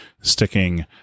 sticking